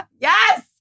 Yes